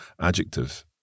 adjective